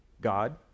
God